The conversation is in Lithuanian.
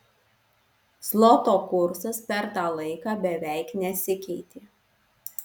zloto kursas per tą laiką beveik nesikeitė